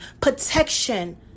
protection